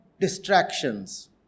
distractions